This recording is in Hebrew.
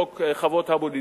חוק חוות הבודדים,